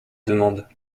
demande